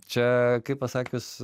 čia kaip pasakius